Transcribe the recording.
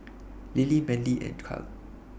Lilie Manly and Cal